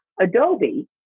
Adobe